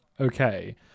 okay